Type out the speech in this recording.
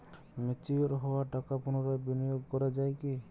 Mature হওয়া টাকা পুনরায় বিনিয়োগ করা য়ায় কি?